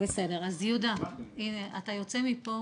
בסדר, אז, יהודה, אתה יוצא מפה